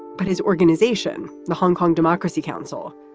but his organization, the hong kong democracy council,